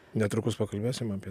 netrukus pakalbėsim apie